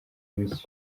miss